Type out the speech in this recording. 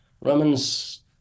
Romans